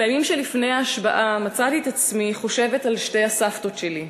בימים שלפני ההשבעה מצאתי את עצמי חושבת על שתי הסבתות שלי,